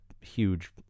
huge